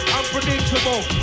unpredictable